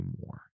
more